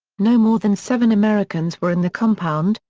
no more than seven americans were in the compound,